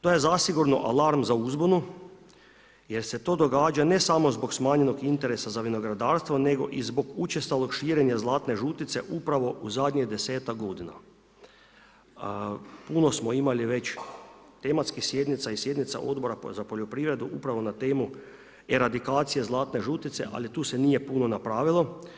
To je zasigurno alarm za uzbunu, jer se to događa, ne samo zbog smanjenog interesa za vinogradarstvo, nego i zbog učestalog širenja zlatne žutice upravo zadnjih 10-tak g. Puno smo imali već tematskih sjednica i sjednica Odbora za poljoprivredu, upravo na temu eradikacija zlatne žutice, ali tu se nije puno napravilo.